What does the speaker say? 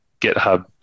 GitHub